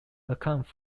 accounts